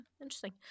Interesting